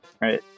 right